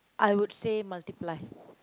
I would say multiply